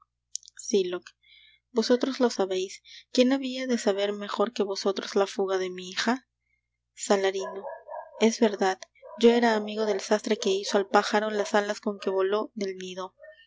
sylock vosotros lo sabeis quién habia de saber mejor que vosotros la fuga de mi hija salarino es verdad yo era amigo del sastre que hizo al pájaro las alas con que voló del nido